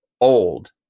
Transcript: old